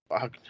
Fuck